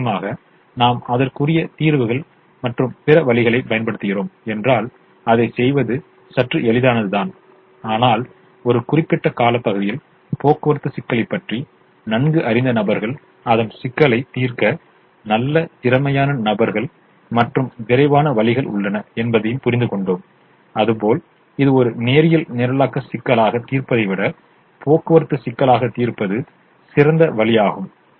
நிச்சயமாக நாம் அதற்குரிய தீர்வுகள் மற்றும் பிற வழிகளைப் பயன்படுத்துகிறோம் என்றால் அதைச் செய்வது சற்று எளிதானது தான் ஆனால் ஒரு குறிப்பிட்ட காலப்பகுதியில் போக்குவரத்து சிக்கலைப் பற்றி நன்கு அறிந்த நபர்கள் அதன் சிக்கலை தீர்க்க நல்ல திறமையான நபர்கள் மற்றும் விரைவான வழிகள் உள்ளன என்பதையும் புரிந்து கொண்டோம் அதுபோல் இது ஒரு நேரியல் நிரலாக்க சிக்கலாக தீர்ப்பதை விட போக்குவரத்து சிக்கலாக தீர்ப்பது சிறந்த வழியாகும்